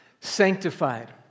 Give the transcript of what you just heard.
sanctified